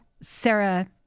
Sarah